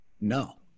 no